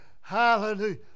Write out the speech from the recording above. hallelujah